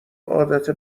عادت